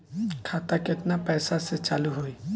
खाता केतना पैसा से चालु होई?